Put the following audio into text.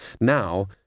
Now